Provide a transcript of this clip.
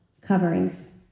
coverings